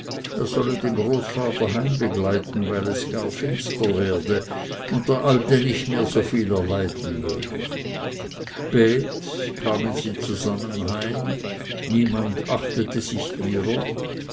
er solle den großvater heimbegleiten weil es gar finster werde und der alte nicht mehr soviel erleiden möge spät kamen sie zusammen heim niemand achtete sich ihrer